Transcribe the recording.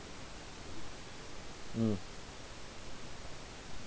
mm